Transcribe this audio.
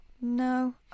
No